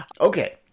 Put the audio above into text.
Okay